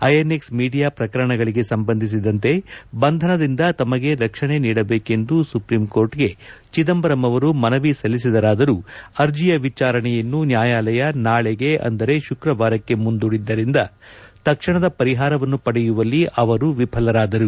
INX media ಪ್ರಕರಣಗಳಿಗೆ ಸಂಬಂಧಿಸಿದಂತೆ ಬಂಧನದಿಂದ ತಮಗೆ ರಕ್ಷಣೆ ನೀಡಬೇಕೆಂದು ಸುಪ್ರೀಂಕೋರ್ಟ್ಗೆ ಚಿದಂಬರಂ ಅವರು ಮನವಿ ಸಲ್ಲಿಸಿದರಾದರೂ ಅರ್ಜಿಯ ವಿಚಾರಣೆಯನ್ನು ನ್ಯಾಯಾಲಯ ನಾಳೆಗೆ ಅಂದರೆ ಶುಕ್ರವಾರಕ್ಕೆ ಮುಂದೂಡಿದ್ದರಿಂದ ತಕ್ಷಣದ ಪರಿಹಾರವನ್ನು ಪಡೆಯುವಲ್ಲಿ ಅವರು ವಿಫಲರಾದರು